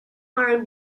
are